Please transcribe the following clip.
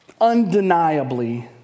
undeniably